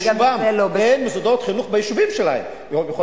אין מוסדות חינוך ביישובים שלהם.